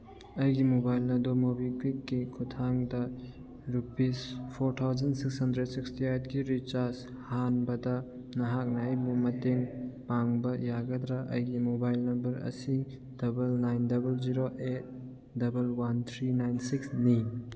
ꯑꯩꯒꯤ ꯃꯣꯕꯥꯏꯜ ꯑꯗꯨ ꯃꯣꯕꯤꯀ꯭ꯋꯤꯛꯀꯤ ꯈꯨꯊꯥꯡꯗ rupees four thousand six hundred sixty ꯑꯥꯏꯠꯀꯤ ꯔꯤꯆꯥꯔꯖ ꯍꯥꯟꯕꯗ ꯅꯍꯥꯛꯅ ꯑꯩꯕꯨ ꯃꯇꯦꯡ ꯄꯥꯡꯕ ꯌꯥꯒꯗ꯭ꯔ ꯑꯩꯒꯤ ꯃꯣꯕꯥꯏꯜ ꯅꯝꯕꯔ ꯑꯁꯤ double nine double zero eight double one three nine ꯁꯤꯛꯁꯅꯤ